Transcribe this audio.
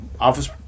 office